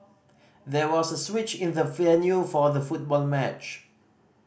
there was a switch in the venue for the football match